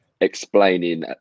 Explaining